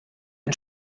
ein